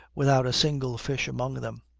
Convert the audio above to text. without a single fish among them.